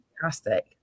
fantastic